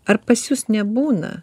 ar pas jus nebūna